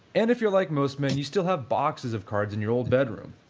and if you're like most men you still have boxes of cards in your old bedroom,